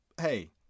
Hey